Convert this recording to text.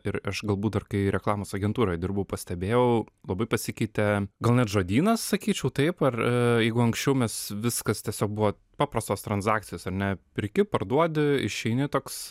ir aš galbūt dar kai reklamos agentūroje dirbu pastebėjau labai pasikeitė gal net žodynas sakyčiau taip ar jeigu anksčiau mes viskas tiesiog buvo paprastos tranzakcijos ar ne perki parduodi išeini toks